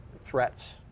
threats